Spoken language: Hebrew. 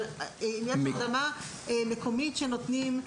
אבל אם יש הרדמה מקומית שנותנים,